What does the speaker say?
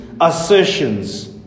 assertions